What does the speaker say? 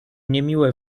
niemiłe